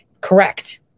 correct